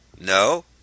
no